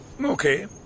Okay